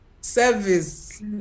Service